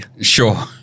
Sure